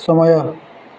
ସମୟ